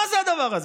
מה זה הדבר הזה?